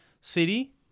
City